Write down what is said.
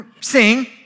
sing